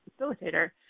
facilitator